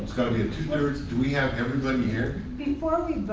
so be a two-thirds do we have everybody here? before